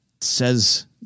Says